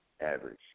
Average